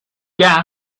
gas